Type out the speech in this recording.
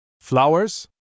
Flowers